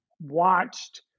watched